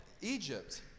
Egypt